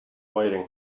waiting